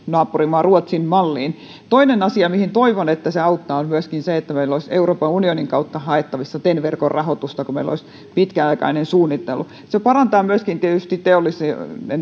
naapurimaa ruotsin malliin toinen asia mihin toivon että se auttaa on se että meillä olisi euroopan unionin kautta haettavissa ten verkon rahoitusta kun meillä olisi pitkäaikainen suunnittelu se myöskin parantaa tietysti teollisuuden